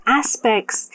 aspects